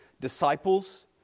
disciples